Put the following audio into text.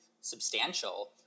substantial